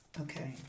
Okay